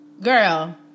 Girl